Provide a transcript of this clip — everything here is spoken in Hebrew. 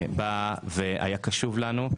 שהיה קשוב לנו.